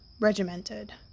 regimented